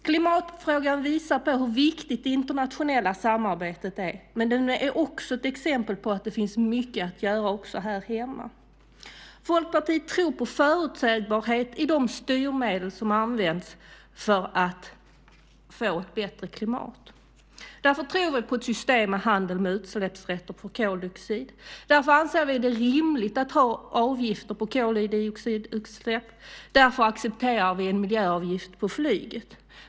Klimatfrågan visar hur viktigt det internationella samarbetet är, men den är också ett exempel på att det finns mycket att göra här hemma. Folkpartiet tror på förutsägbarhet i de styrmedel som används för att få ett bättre klimat. Därför tror vi på ett system med handel med utsläppsrätter för koldioxid. Därför anser vi att det är rimligt att ha avgifter på koldioxidutsläpp. Därför accepterar vi en miljöavgift på flyget.